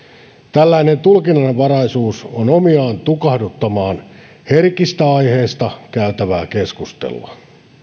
tällainen tulkinnanvaraisuus on omiaan tukahduttamaan herkistä aiheista käytävää keskustelua